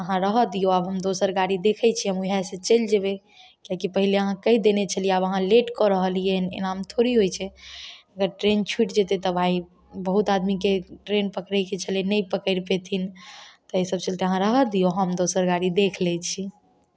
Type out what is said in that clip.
तऽ अहाँ रहऽ दियौ आब हम दोसर गाड़ी देखै छियै हम वएह से चलि जेबै किएकि पहिने अहाँ कहि देने छलिए आब अहाँ लेट कऽ रहलिए हन एनामे थोड़े होइ छै अगर ट्रेन छूटि जेतय तऽ भाइ बहुत आदमीके ट्रेन पकड़ैके छलय नहि पकैड़ पेथिन तैं सब चलते अहाँ रहऽ दियौ हम दोसर गाड़ी देख लै छियै